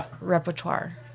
repertoire